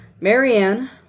Marianne